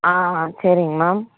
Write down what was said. ஆ சரிங்க மேம்